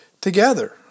together